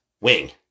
wing